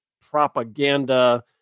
propaganda